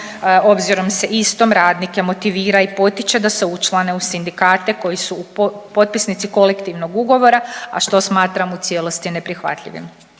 obzirom se istom radnike motivira i potiče da se učlane u sindikate koji su potpisnici kolektivnog ugovora, a što smatram u cijelosti neprihvatljivim.